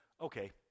okay